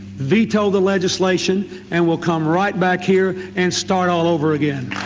veto the legislation and we'll come right back here and start all over again.